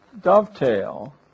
dovetail